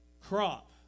crop